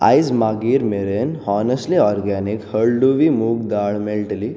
आयज मागीर मेरेन हॉनेस्टली ऑरगॅनिक हळडुवी मूग दाळ मेळटली